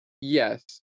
Yes